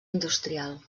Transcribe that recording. industrial